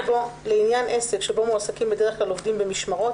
(6)לעניין עסק שבו מועסקים בדרך כלל עובדים במשמרות,